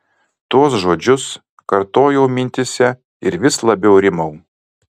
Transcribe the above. tuos žodžius kartojau mintyse ir vis labiau rimau